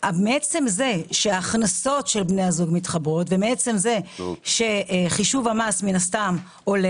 ומעצם זה שההכנסות של בני הזוג מתחברות ומעצם זה שחישוב המס עולה,